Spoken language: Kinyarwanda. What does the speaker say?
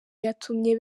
yatumye